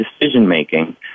decision-making